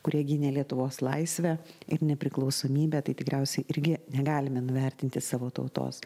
kurie gynė lietuvos laisvę ir nepriklausomybę tai tikriausiai irgi negalime nuvertinti savo tautos